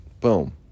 Boom